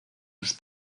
los